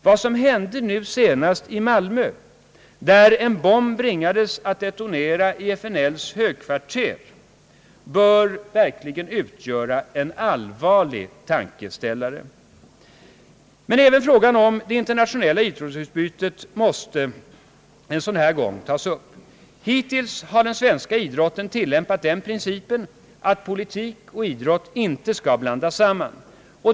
Vad som hände nu senast i Malmö, där en bomb bringades att detonera i FNL-högkvarteret, bör därvid utgöra en allvarlig tankeställare. Men även frågan om det internationella idrottsutbytet måste en sådan här gång tas upp. Hittills har den svenska idrotten tillämpat den principen att politik och idrott inte skall blandas samman.